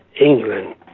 England